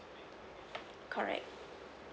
correct